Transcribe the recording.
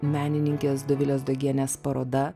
menininkės dovilės dagienės paroda